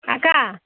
அக்கா